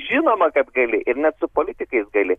žinoma kad gali ir net su politikais gali